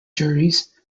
juries